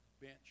bench